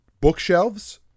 bookshelves